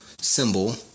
symbol